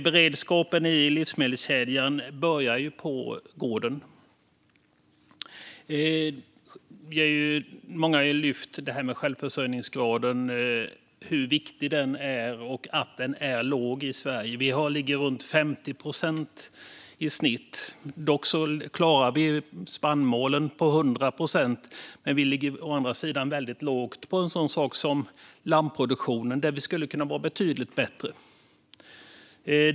Beredskapen i livsmedelskedjan börjar på gården. Många har lyft hur viktig självförsörjningsgraden är och hur låg den är i Sverige. Vi ligger runt 50 procent i snitt. Vi klarar spannmålen på 100 procent, men vi ligger å andra sidan väldigt lågt på lammproduktionen, och där skulle vi kunna vara betydligt bättre.